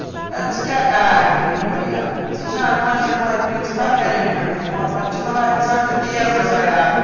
A ژےٚ کیٛاہ کران اَتہِ ریٖک پوٗرِ یارٕ ژےٚ چھے نہ عقلا شکلہ کِہیٖنۍ ژےٚ کَر کَرے مےٚ مےٚ فون پَتہٕ چھِ دپان اِنسان چھُ تیز گَژھان یارٕ